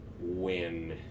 win